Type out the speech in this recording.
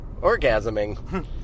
Orgasming